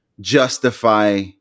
justify